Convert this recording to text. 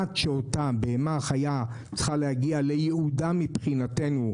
עד שאותה בהמה חיה צריכה להגיע לייעודה מבחינתנו,